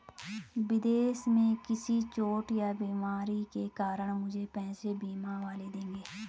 विदेश में किसी चोट या बीमारी के कारण मुझे पैसे बीमा वाले देंगे